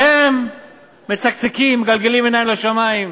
והם מצקצקים, מגלגלים עיניים לשמים.